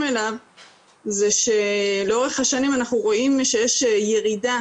אליו זה שלאורך השנים אנחנו רואים שיש ירידה